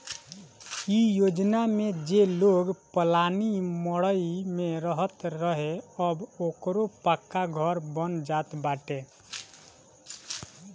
इ योजना में जे लोग पलानी मड़इ में रहत रहे अब ओकरो पक्का घर बन जात बाटे